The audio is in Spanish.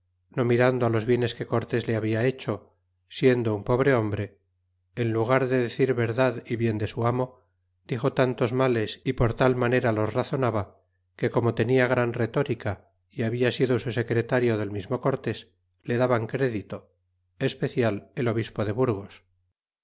no mirando los bienes que cortés le habia hecho siendo un pobre hombre en lugar de decir verdad y bien de su amo dixo tantos males y por tal manera los razonaba que como tenia gran retórica é habia sido su secretario del mismo cortés le daban crédito especial el obispo de burgos